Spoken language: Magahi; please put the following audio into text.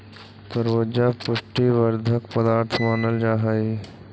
तरबूजा पुष्टि वर्धक पदार्थ मानल जा हई